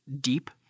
deep